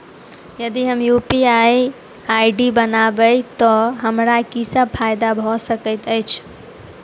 यदि हम UPI ID बनाबै तऽ हमरा की सब फायदा भऽ सकैत अछि?